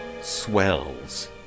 swells